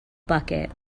bucket